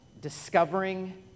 discovering